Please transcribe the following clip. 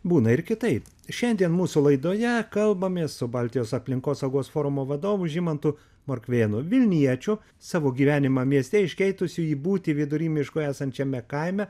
būna ir kitaip šiandien mūsų laidoje kalbamės su baltijos aplinkosaugos forumo vadovu žymantu morkvėnu vilniečiu savo gyvenimą mieste iškeitusiu į būtį vidury miško esančiame kaime